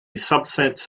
subsets